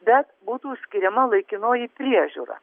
bet būtų skiriama laikinoji priežiūra